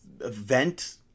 event